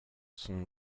sont